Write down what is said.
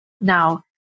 Now